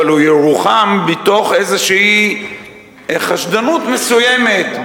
אבל הוא ירוחם מתוך איזו חשדנות מסוימת.